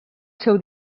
seu